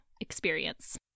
experience